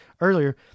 earlier